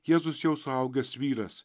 jėzus jau suaugęs vyras